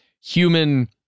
human